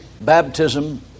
baptism